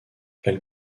elle